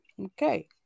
okay